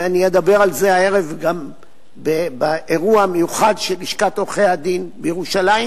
ואני אדבר על זה הערב גם באירוע המיוחד של לשכת עורכי-הדין בירושלים,